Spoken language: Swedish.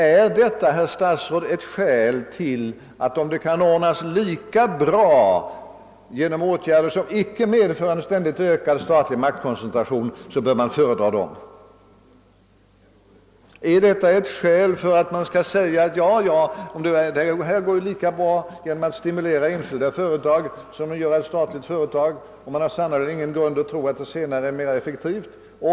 Är det inte så, herr statsråd, att man bör föredra att ordna verksamheten på näringslivets område genom åtgärder som icke medför en ständigt ökad statlig maktkoncentration? Bör man inte säga sig att enskild företagsamhet skall föredras om problemen kan lösas lika väl genom stimulans till enskilda företag som genom inrättande av ett statligt bolag? — och det finns sannerligen ingen grund att tro att det senare är mera effektivt.